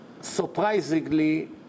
surprisingly